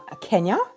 Kenya